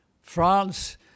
France